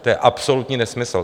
To je absolutní nesmysl.